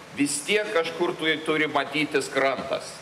vis tiek kažkur tuj turi matytis krantas